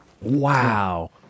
wow